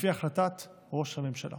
לפי החלטת ראש הממשלה.